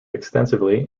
extensively